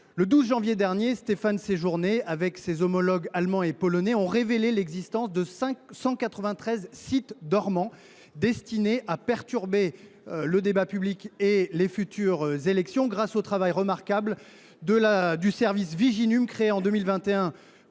Le 12 janvier dernier, Stéphane Séjourné, avec ses homologues allemand et polonais, a révélé l’existence de 193 sites dormants destinés à perturber le débat public et les futures élections, grâce au travail remarquable de Viginum, le